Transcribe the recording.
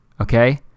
okay